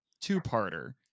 two-parter